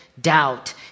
doubt